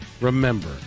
remember